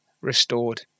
restored